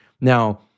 Now